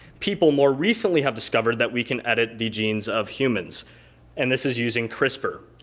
people more recently have discovered that we can edit the genes of humans and this is using crispr.